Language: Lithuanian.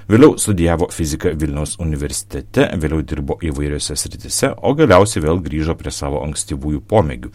vėliau studijavo fiziką vilniaus universitete vėliau dirbo įvairiose srityse o galiausiai vėl grįžo prie savo ankstyvųjų pomėgių